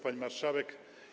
Pani Marszałek!